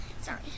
Sorry